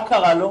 מה קרה לו?